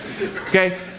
Okay